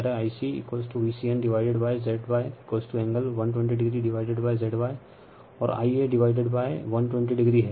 इसी तरह Ic Vcn divided by ZY angle 120o divided by ZY और Ia divided by 120oहै